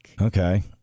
Okay